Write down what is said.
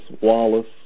Wallace